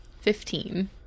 Fifteen